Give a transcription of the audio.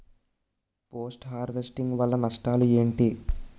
Post harvesting వల్ల నష్టాలు ఏంటి?